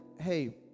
hey